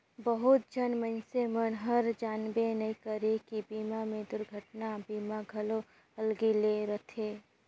बहुत झन मइनसे मन हर जानबे नइ करे की बीमा मे दुरघटना बीमा घलो अलगे ले रथे